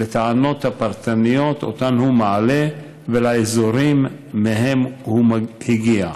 לטענות הפרטניות שהוא מעלה ולאזורים שמהם הוא הגיע.